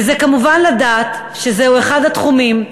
וזה כמובן לדעת שזהו אחד התחומים,